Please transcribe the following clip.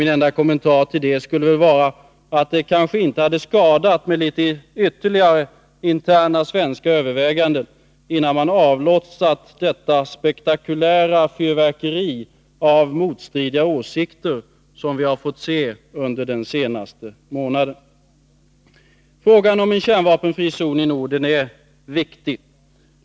Min enda kommentar till detta är att det kanske inte hade skadat med ytterligare interna svenska överväganden, innan man avlossat det spektakulära fyrverkeri av motstridiga åsikter som vi har fått se under den senaste månaden. Frågan om en kärnvapenfri zon i Norden är viktig.